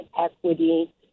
equity